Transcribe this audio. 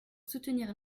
soutenir